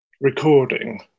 recording